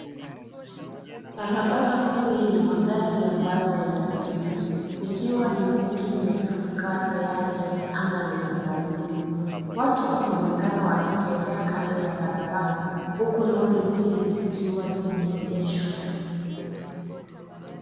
Barabara kuu enye magari ambayo yana pita ikiwa ni miti mirefu kando yake na anga lenye mawingu. Watu wanaonekana wakitembea kando ya barabara huku lori mbili zikiwa zimeegeshwa.